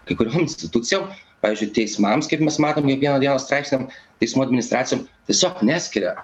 kai kuriom institucijom pavyzdžiui teismams kaip mes matom kiekvieną dieną straipsniam teismų administracijom tiesiog neskiria